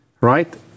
right